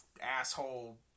Asshole